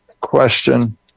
question